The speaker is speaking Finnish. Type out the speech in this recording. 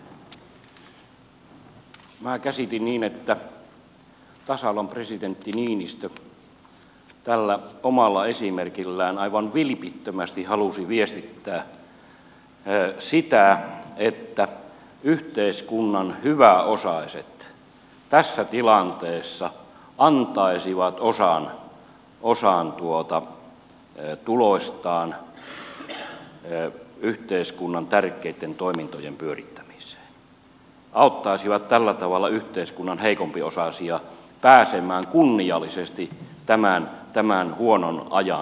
minä käsitin niin että tasavallan presidentti niinistö tällä omalla esimerkillään aivan vilpittömästi halusi viestittää sitä että yhteiskunnan hyväosaiset tässä tilanteessa antaisivat osan tuloistaan yhteiskunnan tärkeitten toimintojen pyörittämiseen auttaisivat tällä tavalla yhteiskunnan heikompiosaisia pääsemään kunniallisesti tämän huonon ajan yli